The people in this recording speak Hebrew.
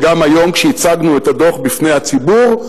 וגם היום כשהצגנו את הדוח בפני הציבור,